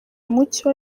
mucyo